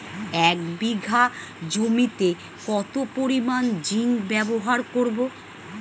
এক বিঘা জমিতে কত পরিমান জিংক ব্যবহার করব?